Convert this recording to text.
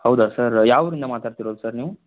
ಹೌದಾ ಸರ್ ಯಾವ ಊರಿಂದ ಮಾತಾಡ್ತಿರೋದು ಸರ್ ನೀವು